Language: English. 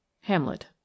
hamlet